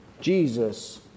Jesus